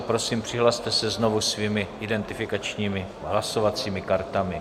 Prosím, přihlaste se znovu svými identifikačními hlasovacími kartami.